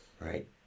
Right